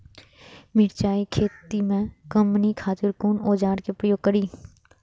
मिरचाई के खेती में कमनी खातिर कुन औजार के प्रयोग करी?